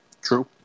True